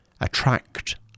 attract